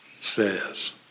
says